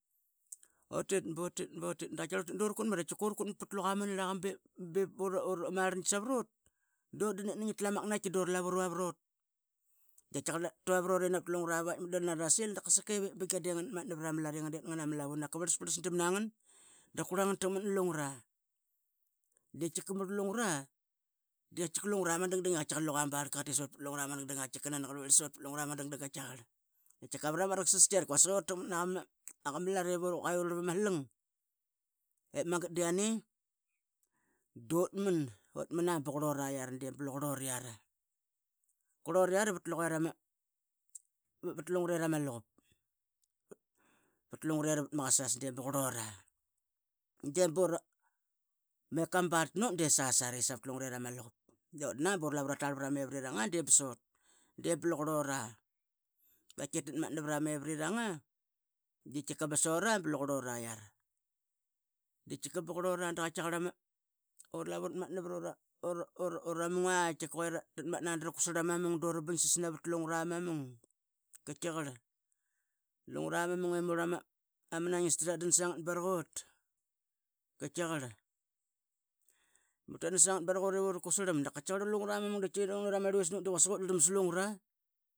Utit butit butit butit da qatkiaqarl utit dura kutmat pat luqa ma nirlaqa be be ma rlangi savarut dutdan itnani a ma qnaitki dura lavu ruavrut. Da qatkiaqarl tuarvut inavat lunga paimat da sil da kaseke vep bingia da ngnatmatna pra ma lat i ngadet ngadet ngna ma lavu. Da naqa vrlas prlasdam na ngat. Da qurla ngana taqmat na lungra. Di tkiqa murl lumgra di tkiqa lungra ma dangdang i luqa ma barlqa qa titsut pat lungra ma dangdang tkiaqa nani qa ruirl sat pat lungra ma dangdang qatkiaqarl. Qatkiqa vara ma raqsasqi laritk quasik i ura taqamat na qa lat i qua urarlap ama. slang. Ep magat diane dutman utman a ba qurluraiara di blu qrlura iara pat lungrera ma lukup pat lungrera pat ma Kasas. De ba ma barlta not not di sasari sava lungrera ma luqup pat lumgrera ma luqup, dutdana bu ra lavu ratarl pra mevrirang a disat. De blu qrlqurlura bep tatmatna pra mevrirang a di tkiqa basut basut ra blu qurluraiara. De ba qurlura dura lavu rratmatna pra ura munga que ratmatna dra qutsarl ama munga dura bingsas navat lungra ma mung qatkiqarl. Lunga ma mung L murl ama naingista tatdan sangat barakut qatkiqarl murl tatdan sangat barakut ivu ra kutsarlam. Da qatkiaqarl lungra ma ming di ama rluis nut di quasik utdrlam slungra.